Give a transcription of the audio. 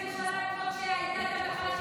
אתה יודע מי שלט פה כשהייתה הפגנת יוצאי אתיופיה?